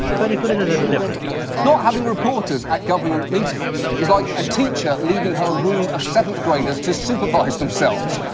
but he put it a little differently not having reporters at government meetings is like a teacher leaving her room of seventh-graders to supervise themselves.